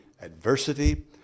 adversity